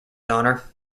honor